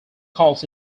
calls